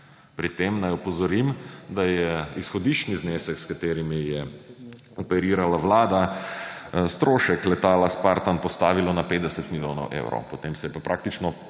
Pri tem naj opozorim, da je izhodiščni znesek, s katerimi je operirala Vlada, strošek letala spartan postavilo na 50 milijonov evrov, potem se je pa praktično